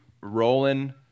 rolling